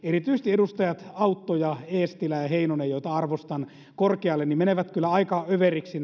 erityisesti edustajilla autto ja eestilä ja heinonen joita arvostan korkealle menevät nämä heidän omat puheensa kyllä aika överiksi